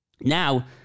Now